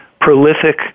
prolific